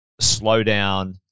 slowdown